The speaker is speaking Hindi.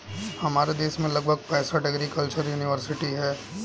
हमारे देश में लगभग पैंसठ एग्रीकल्चर युनिवर्सिटी है